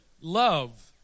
love